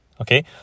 okay